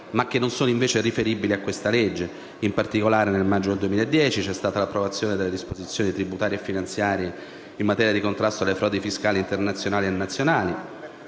ma che non sono invece riferibili a questa legge. In particolare nel maggio 2010 c'è stata l'approvazione della disposizione tributaria e finanziaria in materia di contrasto alle frodi fiscali internazionali e nazionali;